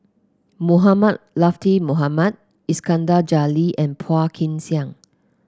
Mohamed Latiff Mohamed Iskandar Jalil and Phua Kin Siang